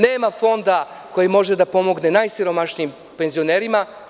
Nema fonda koji može da pomogne najsiromašnijim penzionerima.